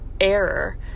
error